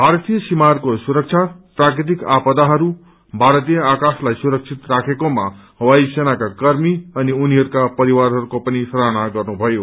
भारतीय सीमाहरूको सुरक्षा प्राकृतिक आपदाहरू भारतीय आकाशलाई सुरक्षित राखेकोमा वायु सेनाका कर्मी अनि उनीहरूका परिवारहरूको पनि सराहना गर्नु भयो